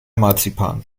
marzipan